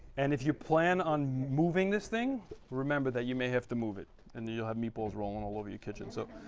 and if you plan on moving this thing remember that you may have to move it and you'll have meatballs rolling all over your kitchen so